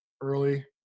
early